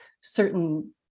certain